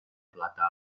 plata